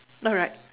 alright